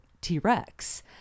T-Rex